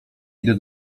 idę